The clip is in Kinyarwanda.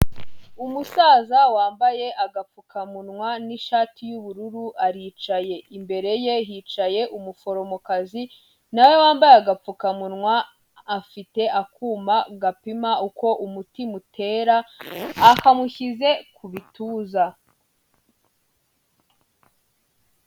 Umusaza wambaye agapfukamunwa n'ishati y'ubururu aricaye, imbere ye hicaye umuforomokazi nawe wambaye agapfukamunwa, afite akuma gapima uko umutima utera akamushyize ku bituza.